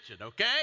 okay